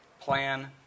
plan